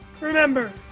remember